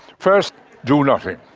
first do nothing.